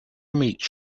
meet